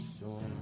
storm